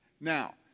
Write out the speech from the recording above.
Now